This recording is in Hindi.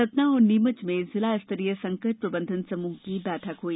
सतना और नीमच में जिला स्तरीय संकट प्रबंधन समूह की बैठक हुई